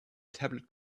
tablet